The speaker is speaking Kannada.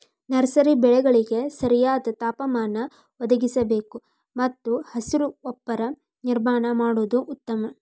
ನರ್ಸರಿ ಬೆಳೆಗಳಿಗೆ ಸರಿಯಾದ ತಾಪಮಾನ ಒದಗಿಸಬೇಕು ಮತ್ತು ಹಸಿರು ಚಪ್ಪರ ನಿರ್ಮಾಣ ಮಾಡುದು ಉತ್ತಮ